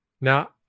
Now